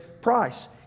price